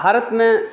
भारतमे